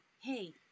hey